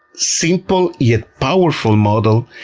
simple yet powerful model,